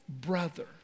brother